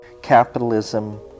Capitalism